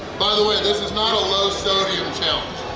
by the way, this is not a low sodium challenge!